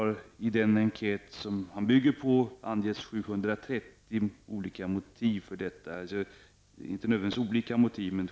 I den enkät som han bygger på har företag angett totalt 730 motiv för sitt, delvis sammanfallande, val.